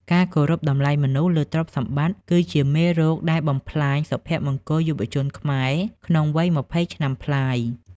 ការគោរពតម្លៃមនុស្សលើទ្រព្យសម្បត្តិ គឺជាមេរោគដែលបំផ្លាញសុភមង្គលយុវជនខ្មែរក្នុងវ័យ២០ឆ្នាំប្លាយ។